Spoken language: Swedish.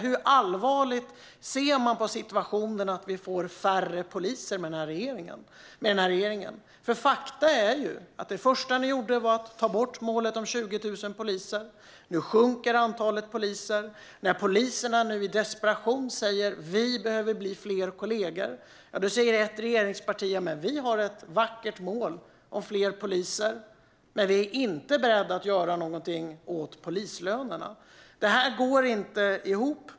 Hur allvarligt ser regeringen på att poliserna blir färre? Faktum är att det första regeringen gjorde var att ta bort målet om 20 000 poliser. Nu sjunker antalet. När poliserna i desperation nu säger att de behöver fler kollegor säger ett av regeringspartierna att det har ett vackert mål om fler poliser men är inte berett att göra något åt polislönerna. Detta går inte ihop.